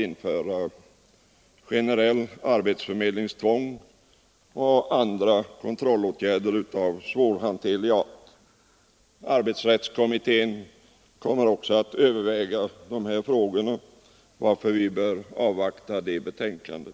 införa generellt arbetsförmedlingstvång och vidta andra kontrollåtgärder av svårhanterlig art. Arbetsrättskommittén kommer också att överväga denna fråga, varför utskottet anser att vi bör avvakta kommitténs betänkande.